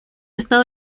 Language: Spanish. estado